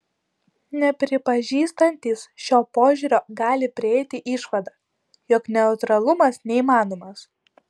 nepripažįstantys šio požiūrio gali prieiti išvadą jog neutralumas neįmanomas